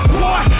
boy